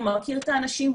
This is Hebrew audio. הוא מכיר את האנשים,